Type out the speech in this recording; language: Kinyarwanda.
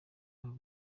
aho